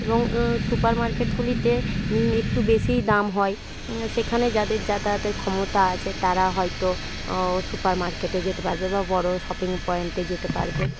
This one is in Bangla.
এবং সুপারমার্কেটগুলিতে একটু বেশিই দাম হয় সেখানে যাদের যাতায়াতের ক্ষমতা আছে তারা হয়তো সুপারমার্কেটে যেতে পারবে বা বড়ো শপিং পয়েন্টে যেতে পারবে